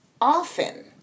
often